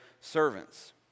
servants